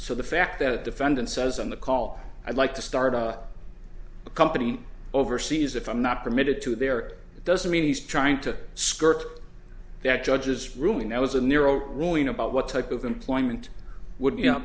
so the fact that the defendant says on the call i'd like to start a company overseas if i'm not permitted to there doesn't mean he's trying to skirt that judge's ruling that was a narrow ruling about what type of employment would you know